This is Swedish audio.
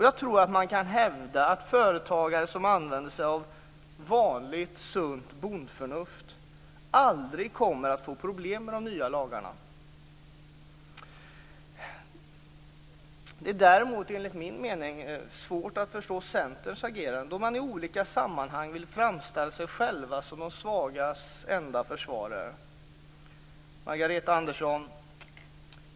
Jag tror att man kan hävda att företagare som använder sig av vanligt sunt bondförnuft aldrig kommer att få problem med de nya lagarna. Det är däremot enligt min mening svårt att förstå Centerns agerande, då man i olika sammanhang vill framställa sig som de svagas enda försvarare. Margareta Andersson!